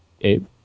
Abe